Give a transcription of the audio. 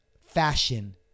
fashion